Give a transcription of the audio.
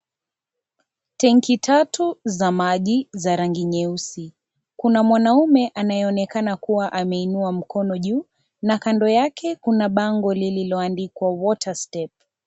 Tanki tatu za maji za rangi nyeusi. Kuna mwanaume anayeonekana kuwa ameinua mkono juu na kando yake kuna pango lililoandikwa kwa water step .